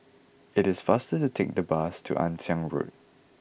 it is faster to take the bus to Ann Siang Road